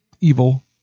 evil